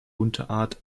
unterart